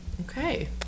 Okay